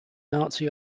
nazi